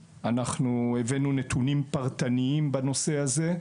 הבאנו נתונים פרטניים בנושא הזה,